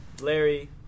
Larry